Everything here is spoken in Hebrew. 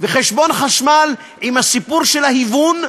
וחשבון חשמל, עם הסיפור של ההיוון,